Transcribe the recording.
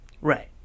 Right